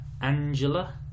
Angela